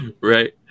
Right